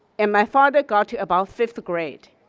and my father got to about fifth grade.